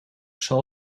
zal